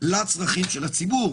לצרכים של הציבור,